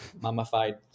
mummified